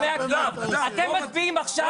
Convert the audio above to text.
אתם מצביעים עכשיו,